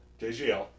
JGL